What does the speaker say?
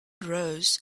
rose